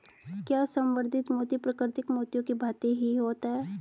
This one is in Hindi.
क्या संवर्धित मोती प्राकृतिक मोतियों की भांति ही होता है?